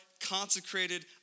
consecrated